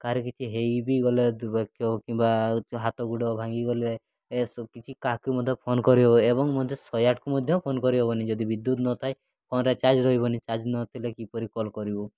କାହାର କିଛି ହୋଇ ବି ଗଲେ କିମ୍ବା ହାତ ଗୋଡ଼ ଭାଙ୍ଗିଗଲେ ଏ କିଛି କାହାକୁ ମଧ୍ୟ ଫୋନ୍ କରିବ ଏବଂ ମଧ୍ୟ ଶହେ ଆଠକୁ ମଧ୍ୟ ଫୋନ୍ କରିହେବନି ଯଦି ବିଦ୍ୟୁତ୍ ନଥାଏ ଫୋନ୍ରେ ଚାର୍ଜ୍ ରହିବନି ଚାର୍ଜ୍ ନଥିଲେ କିପରି କଲ୍ କରିବୁ